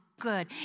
good